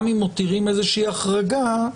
גם אם מותירים איזושהי החרגה,